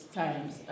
times